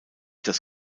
das